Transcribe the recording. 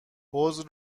حوض